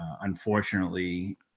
unfortunately